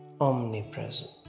omnipresent